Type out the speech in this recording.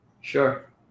Sure